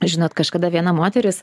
žinot kažkada viena moteris